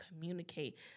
communicate